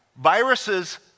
Viruses